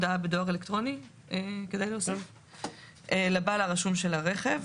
או הודעה בדואר אלקטרוני לבעל הרשום של הרכב,